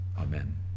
Amen